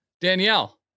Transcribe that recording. danielle